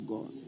God